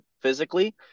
physically